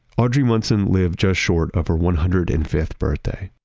audrey munson lived just short of her one hundred and fifth birthday.